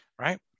right